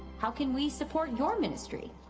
how can we support your ministry?